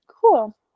cool